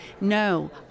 no